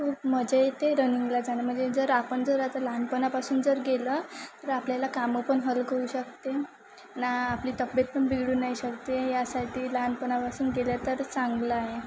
खूप मजा येते रनिंगला जाणं म्हणजे जर आपण जर आता लहानपणापासून जर गेलं तर आपल्याला कामं पण हलकं होऊ शकते ना आपली तब्बेत पण बिघडू नाही शकते यासाठी लहानपणापासून गेलं तर चांगलं आहे